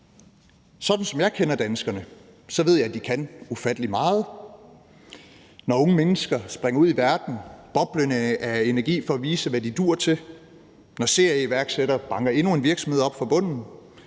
Sådan som jeg kender danskerne, ved jeg, at de kan ufattelig meget. Det gælder, når unge mennesker springer ud i verden boblende af energi for at vise, hvad de duer til, når serieiværksættere banker endnu en virksomhed op fra bunden,